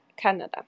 Canada